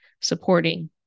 supporting